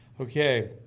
okay